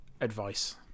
advice